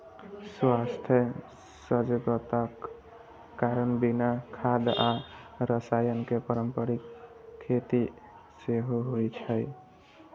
स्वास्थ्य सजगताक कारण बिना खाद आ रसायन के पारंपरिक खेती सेहो होइ छै